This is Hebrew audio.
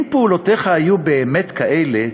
אם פעולותיך היו באמת כאלה,